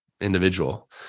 individual